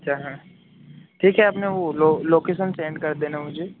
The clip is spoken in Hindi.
अच्छा ठीक है आप न वो लोक लोकेशन सेन्ड कर देना मुझे